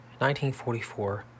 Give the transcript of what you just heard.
1944